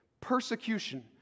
persecution